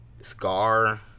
Scar